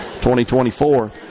2024